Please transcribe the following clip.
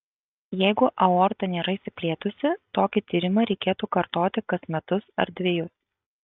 jeigu aorta nėra išsiplėtusi tokį tyrimą reikėtų kartoti kas metus ar dvejus